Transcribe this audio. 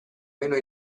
meno